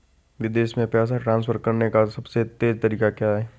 विदेश में पैसा ट्रांसफर करने का सबसे तेज़ तरीका क्या है?